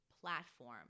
platform